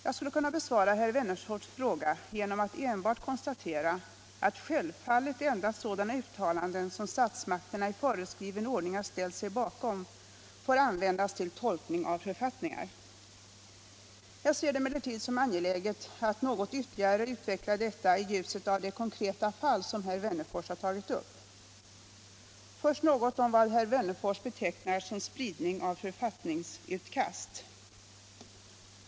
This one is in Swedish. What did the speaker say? Jag skulle kunna besvara herr Wennerfors fråga genom att enbart 17 konstatera att självfallet endast sådana uttalanden som statsmakterna i föreskriven ordning har ställt sig bakom får användas till tolkning av författningar. Jag ser det emellertid som angeläget att något ytterligare utveckla detta i ljuset av det konkreta fall som herr Wennerfors har tagit upp. Först något om vad herr Wennerfors betecknar som spridning av författningsutkast.